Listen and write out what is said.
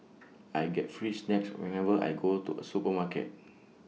I get free snacks whenever I go to A supermarket